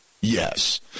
yes